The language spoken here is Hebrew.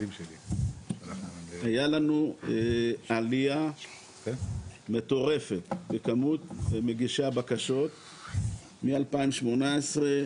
הייתה לנו עלייה מטורפת בכמות מגישי הבקשות מ-2015-2018.